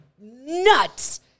nuts